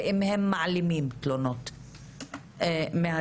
ואם הם מעלימים תלונות מהדיווחים.